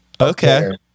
Okay